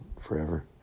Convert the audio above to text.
forever